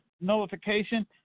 notification